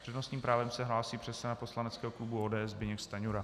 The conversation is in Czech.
S přednostním právem se hlásí předseda poslaneckého klubu ODS Zbyněk Stanjura.